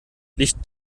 licht